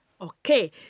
Okay